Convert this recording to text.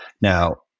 Now